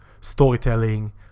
storytelling